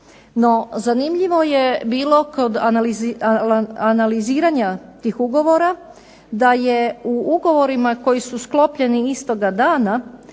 zanimljivo je bilo kod analiziranja tih ugovora da je u ugovorima koji su sklopljeni istoga dana